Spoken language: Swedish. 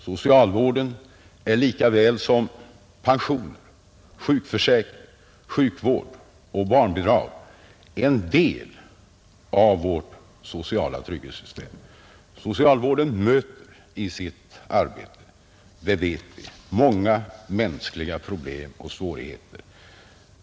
Socialvården är lika väl som pensioner, sjukförsäkring, sjukvård och barnbidrag en del av vårt sociala trygghetssystem. Socialvården möter i sitt arbete — det vet vi — många mänskliga problem och svårigheter.